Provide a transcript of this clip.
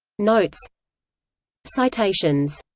notes citations